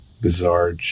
bizarre